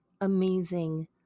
amazing